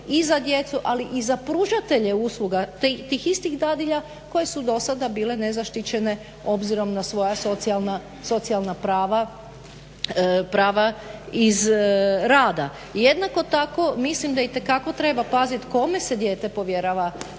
i za djecu, ali i za pružatelje usluga tih istih dadilja koje su dosada bile nezaštićene obzirom na svoja socijalna prava, prava iz rada. Jednako tako mislim da je itekako treba paziti kome se dijete povjerava